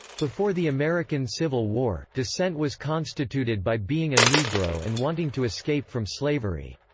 before the american civil war, dissent was constituted by being a negro and wanting to escape from slavery.